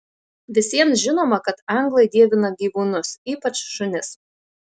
visiems žinoma kad anglai dievina gyvūnus ypač šunis